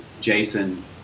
Jason